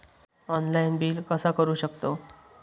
Online bill कसा करु शकतव?